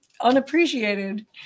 unappreciated